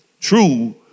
True